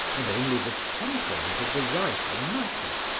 and only the temperament of the writer mattered,